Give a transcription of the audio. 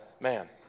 Man